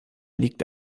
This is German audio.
liegt